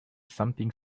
something